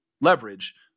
leverage